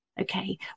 okay